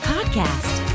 Podcast